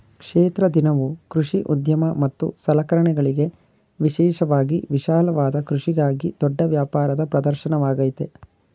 ಕ್ಷೇತ್ರ ದಿನವು ಕೃಷಿ ಉದ್ಯಮ ಮತ್ತು ಸಲಕರಣೆಗಳಿಗೆ ವಿಶೇಷವಾಗಿ ವಿಶಾಲವಾದ ಕೃಷಿಗಾಗಿ ದೊಡ್ಡ ವ್ಯಾಪಾರದ ಪ್ರದರ್ಶನವಾಗಯ್ತೆ